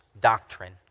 doctrine